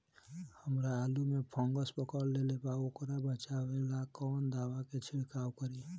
हमरा आलू में फंगस पकड़ लेले बा वोकरा बचाव ला कवन दावा के छिरकाव करी?